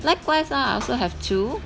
likewise ah I also have two